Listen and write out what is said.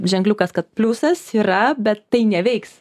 ženkliukas kad pliusas yra bet tai neveiks